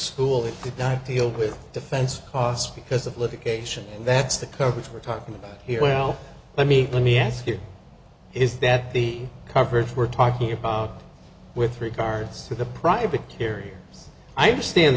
school that did not deal with defense costs because of litigation and that's the coverage we're talking about here well let me let me ask you is that the coverage we're talking about with regards to the private carriers i understand